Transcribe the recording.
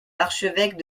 archevêques